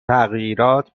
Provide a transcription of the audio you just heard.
تغییرات